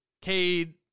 Cade